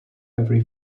every